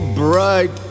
bright